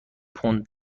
پوند